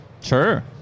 Sure